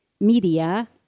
media